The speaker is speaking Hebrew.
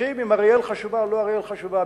מתווכחים אם אריאל חשובה או אריאל לא חשובה,